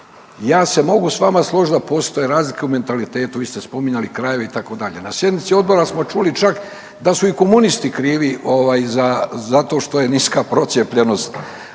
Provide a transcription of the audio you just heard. Ja se mogu sa vama složiti da postoje razlike u mentalitetu. Vi ste spominjali krajeve itd. Na sjednici odbora smo čuli čak da su i komunisti krivi zato što je niska procijepljenost